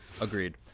Agreed